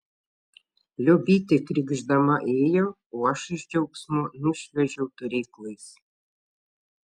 liobytė krykšdama ėjo o aš iš džiaugsmo nušliuožiau turėklais